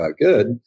good